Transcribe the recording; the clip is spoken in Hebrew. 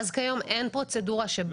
כיום אין פרוצדורה.